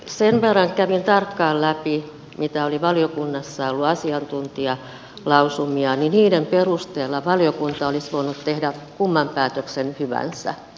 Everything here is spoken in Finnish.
sen verran kävin tarkkaan läpi mitä oli valiokunnassa ollut asiantuntijalausumia että niiden perusteella valiokunta olisi voinut tehdä kumman päätöksen hyvänsä